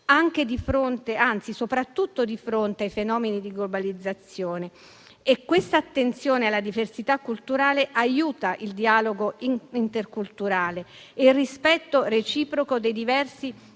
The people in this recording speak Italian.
anche di fronte, anzi, soprattutto di fronte ai fenomeni di globalizzazione. Questa attenzione alla diversità culturale aiuta il dialogo interculturale e il rispetto reciproco dei diversi